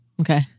Okay